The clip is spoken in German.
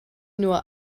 nur